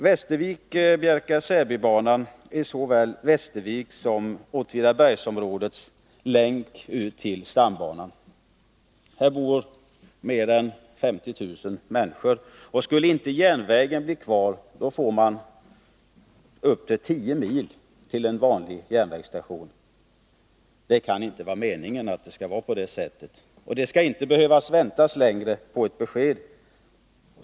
Västervik-Bjärka/Säby-banan är såväl Västerviks som Åtvidabergsområdets länk ut till stambanan. Där bor mer än 50 000 människor. Skulle inte järnvägen bli kvar, får man upp till 10 mil till en vanlig järnvägsstation. Det kan inte vara meningen att det skall vara på det sättet, och det skall inte behöva väntas längre på besked.